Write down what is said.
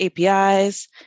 APIs